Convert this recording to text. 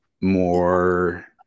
more